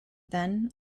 then